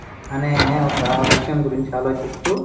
అనే ఒక విషయం గురించి ఆలోచిస్తు